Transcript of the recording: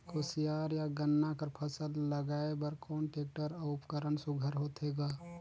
कोशियार या गन्ना कर फसल ल लगाय बर कोन टेक्टर अउ उपकरण सुघ्घर होथे ग?